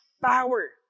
power